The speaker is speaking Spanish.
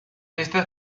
esta